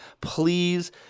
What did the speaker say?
Please